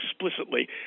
explicitly